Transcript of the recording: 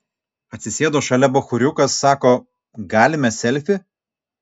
atsisėdo šalia bachūriukas sako galime selfį